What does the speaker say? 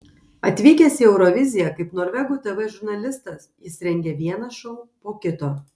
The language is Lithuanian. atvykęs į euroviziją kaip norvegų tv žurnalistas jis rengia vieną šou po kito